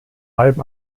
allem